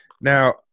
Now